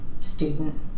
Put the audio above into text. student